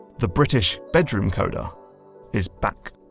the british bedroom coder is back.